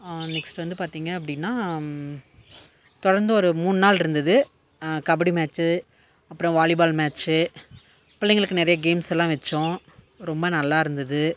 next வந்து பார்த்திங்க அப்படின்னா தொடர்ந்து ஒரு மூணு நாள் இருந்தது கபடி மேட்ச்சு அப்புறம் வாலிபால் மேட்ச்சு பிள்ளைங்களுக்கு நிறைய கேம்ஸ்லாம் வச்சோம் ரொம்ப நல்லா இருந்தது